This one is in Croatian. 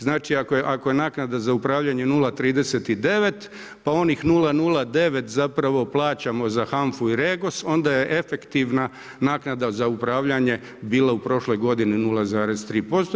Znači ako je naknada za upravljanje 0,29, pa onih 009 zapravo plaćamo za HANFA-u i REGOS, onda je efektivna naknada za upravljanje bila u prošloj godini 0,3%